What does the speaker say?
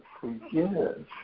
forgive